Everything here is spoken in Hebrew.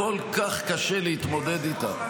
כל כך קשה להתמודד איתה.